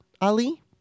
Ali